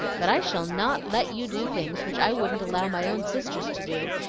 but i shall not let you do things which i wouldn't allow my own sisters to do,